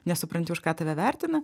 nesupranti už ką tave vertina